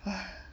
!hais!